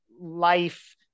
life